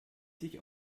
sich